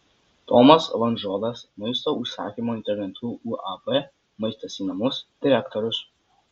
tomas vonžodas maisto užsakymo internetu uab maistas į namus direktorius